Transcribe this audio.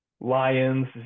lions